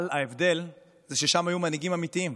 אבל ההבדל הוא שאז היו מנהיגים אמיתיים,